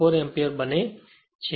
4 એમ્પીયરબને છે